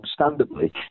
understandably